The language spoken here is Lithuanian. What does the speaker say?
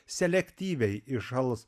selektyviai iššals